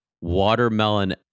watermelon